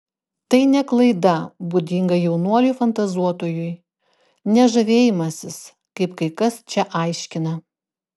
tai ne klaida būdinga jaunuoliui fantazuotojui ne žavėjimasis kaip kai kas čia aiškina